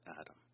Adam